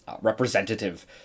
representative